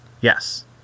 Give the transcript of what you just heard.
Yes